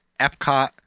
Epcot